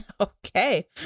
Okay